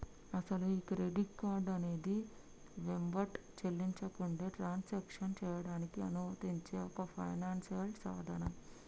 అసలు ఈ credit card అనేది వెంబటే చెల్లించకుండా ట్రాన్సాక్షన్లో చేయడానికి అనుమతించే ఒక ఫైనాన్షియల్ సాధనం